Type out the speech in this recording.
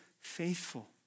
faithful